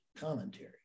commentary